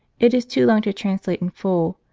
it is too long to translate in full,